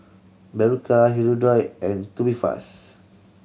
Berocca Hirudoid and Tubifast